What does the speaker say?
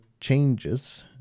changes